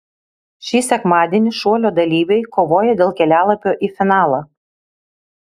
šį sekmadienį šuolio dalyviai kovoja dėl kelialapio į finalą